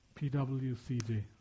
PWCJ